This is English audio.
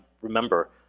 remember